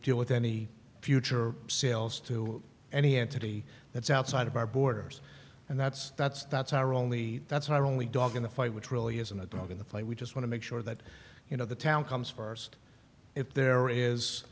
deal with any future sales to any entity that's outside of our borders and that's that's that's our only that's not only dog in the fight which really isn't a dog in the fight we just want to make sure that you know the town comes first if there is